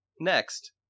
Next